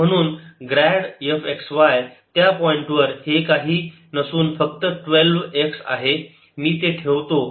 आणि म्हणून grad f x y त्या पॉईंटवर हे काही नसून फक्त 12x आहे मी ते ठेवतो